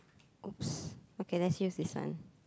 !oops! okay let use this one